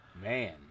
Man